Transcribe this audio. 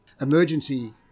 emergency